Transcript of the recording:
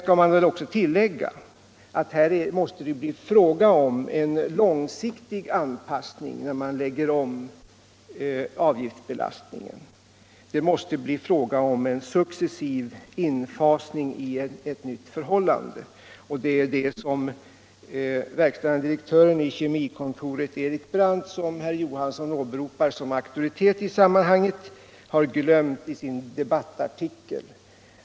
Sedan skall tilläggas att det måste bli fråga om en långsiktig anpassning när avgiftsbelastningen läggs om. Det måste ske en successiv övergång till ett nytt system. Detta har verkställande direktören i Kemikontoret Erik Brandt, vilken herr Johansson åberopar som en auktoritet, glömt i sin debattartikel.